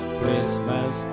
Christmas